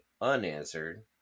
unanswered